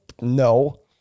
No